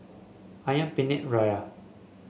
ayam Penyet Ria